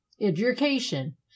education